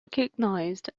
recognized